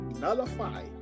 nullify